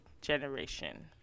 Generation